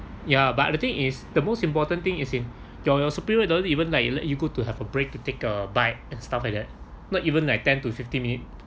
ya but the thing is the most important thing is in your your superior don't even like you like you go to have a break to take a bite and stuff like that not even like ten to fifteen minute